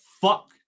fuck